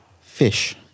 Fish